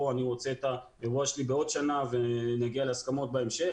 או אני רוצה את האירוע שלי בעוד שנה ונגיע להסכמות בהמשך,